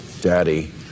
daddy